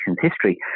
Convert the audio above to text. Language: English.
history